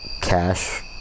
cash